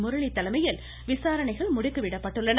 முரளி தலைமையில் விசாரணைகள் முடுக்கிவிடப்பட்டுள்ளன